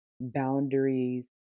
Boundaries